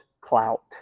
clout